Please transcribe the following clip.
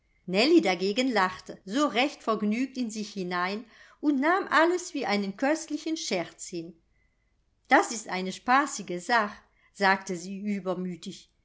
dagegen lachte so recht vergnügt in sich hinein und nahm alles wie einen köstlichen scherz hin das ist eine spaßige sach sagte sie übermütig